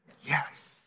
yes